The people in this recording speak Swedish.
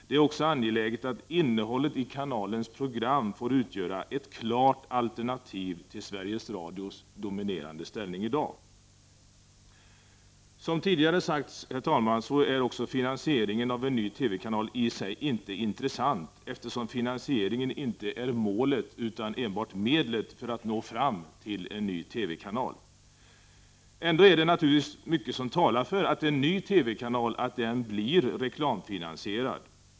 Det är också angeläget att innehållet i kanalens program får utgöra ett klart alternativ till Sveriges Radios dominerande ställning i dag. Som tidigare har sagts, herr talman, är finansieringen av en ny TV-kanal i sig inte intressant, eftersom finansieringen inte är målet utan enbart medlet när det gäller att nå fram till en ny TV-kanal. Naturligtvis talar ändå mycket för att en ny TV-kanal blir reklamfinansierad.